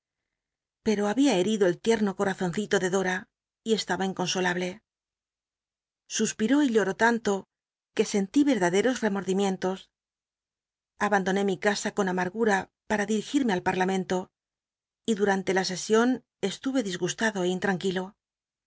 pero babia herido eltiel'llo corazoncito de dora y estabft inconsolable suspiró y lloró tanto que sentí verdaderos remordimientos abandoné mi casa con amargura para clirigirmc al parlamento y duran te la sesion estu'c disgustado é intranquil